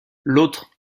l’autre